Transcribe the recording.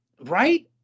right